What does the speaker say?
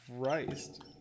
Christ